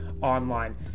online